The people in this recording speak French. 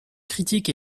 critiques